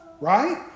Right